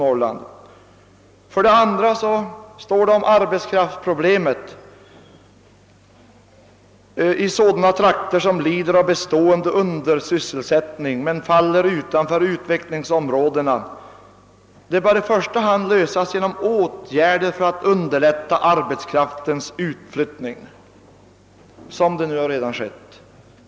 Vidare yttrar Industriförbundet: »Arbetskraftsproblem i sådana trakter, som lider av bestående undersysselsättning men faller utanför utvecklingsområdena, bör i första hand lösas genom åtgärder för att underlätta arbetskraftens utflyttning.» Så har redan skett.